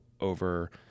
over